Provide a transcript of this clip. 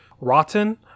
rotten